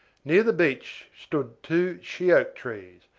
near the beach stood two she-oak trees,